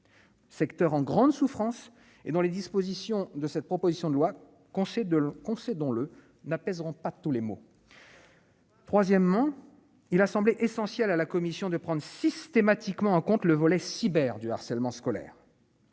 Secteurs en grande souffrance et dans les dispositions de cette proposition de loi qu'on sait de le conseil dont le n'apaiseront pas tous les mots. Troisièmement, il a semblé essentiel à la commission de prendre systématiquement en compte le volet cyber du harcèlement scolaire.